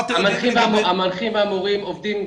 המנחים והמורים עובדים.